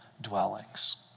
dwellings